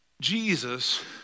Jesus